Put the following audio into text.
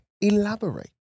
elaborate